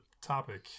topic